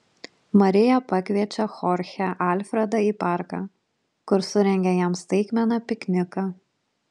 marija pakviečia chorchę alfredą į parką kur surengia jam staigmeną pikniką